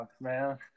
man